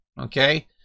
Okay